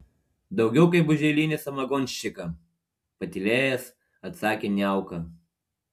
daugiau kaip už eilinį samagonščiką patylėjęs atsakė niauka